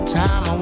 time